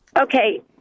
Okay